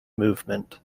movement